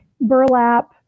burlap